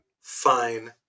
Fine